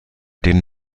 den